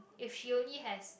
if she only has